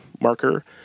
marker